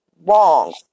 wrong